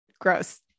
Gross